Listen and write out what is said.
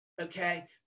okay